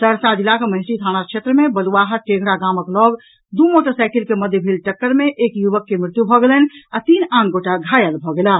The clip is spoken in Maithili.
सहरसा जिलाक महिषी थाना क्षेत्र मे बलुआहा टेघड़ा गामक लऽग दू मोटरसाईकिल के मध्य भेल टक्कर मे एक युवक के मृत्यु भऽ गेलनि आ तीन आन गोटा घायल भऽ गेलाह